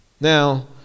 Now